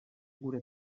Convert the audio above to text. gure